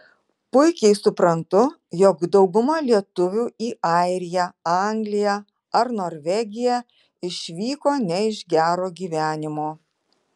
puikiai suprantu jog dauguma lietuvių į airiją angliją ar norvegiją išvyko ne iš gero gyvenimo